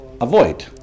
avoid